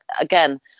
again